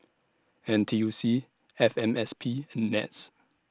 N T U C F M S P and Nets